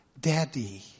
Daddy